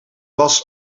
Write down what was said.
was